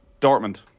Dortmund